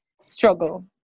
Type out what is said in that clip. struggle